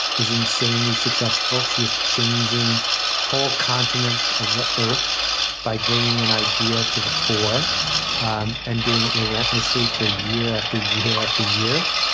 is insanely successful. she's changing whole continents of the earth by bringing an idea to the fore um and doing it relentlessly for year after year after year.